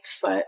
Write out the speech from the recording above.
foot